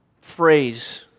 phrase